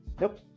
Nope